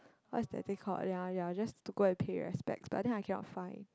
what's that thing called ya ya just to go and pay respect but then I cannot find